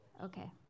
Okay